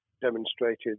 demonstrated